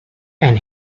and